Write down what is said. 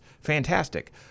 fantastic